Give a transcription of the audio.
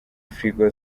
firigo